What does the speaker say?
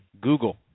Google